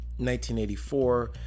1984